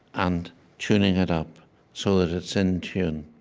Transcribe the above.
and tuning it up so that it's in tune,